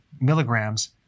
milligrams